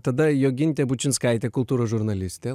tada jogintė bučinskaitė kultūros žurnaliste